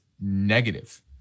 negative